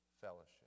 fellowship